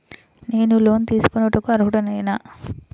నేను లోన్ తీసుకొనుటకు అర్హుడనేన?